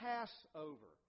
Passover